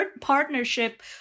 partnership